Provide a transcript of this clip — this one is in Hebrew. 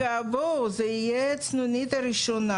כרגע זו תהיה הסנונית הראשונה.